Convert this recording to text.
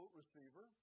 receiver